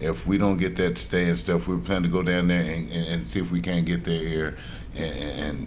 if we don't get that stay and stuff we're planning to go down there and see if we can't get there and